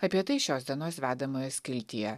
apie tai šios dienos vedamojo skiltyje